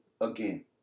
again